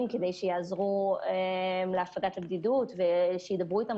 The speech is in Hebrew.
שיעזרו להפגת הבדידות ושידברו איתם,